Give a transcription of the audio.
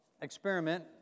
experiment